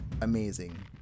amazing